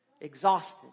exhausted